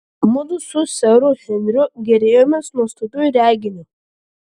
mudu su seru henriu gėrėjomės nuostabiu reginiu